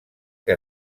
que